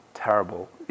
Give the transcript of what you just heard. Terrible